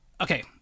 Okay